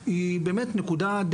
ההתייחסות.